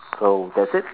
so that's it